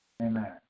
Amen